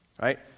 right